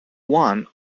one